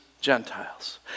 Gentiles